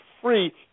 free